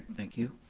thank you.